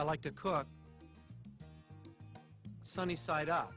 i like to cook sunny side up